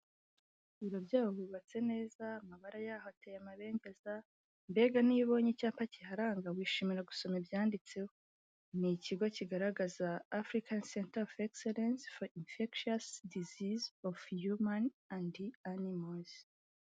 Ibiro byabo byubatse neza, amabara yaho ateye amabengeza, mbega niba ubonye icyapa kiharanga, wishimira gusoma ibyanditseho, ni ikigo kigaragaza Afurikani senta ofu infegitiyasi dizizi of yumani and animozi.